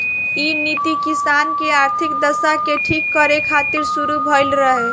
इ नीति किसान के आर्थिक दशा के ठीक करे खातिर शुरू भइल रहे